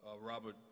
Robert